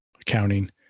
accounting